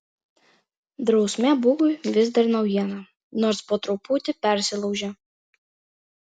drausmė bugui vis dar naujiena nors po truputį persilaužia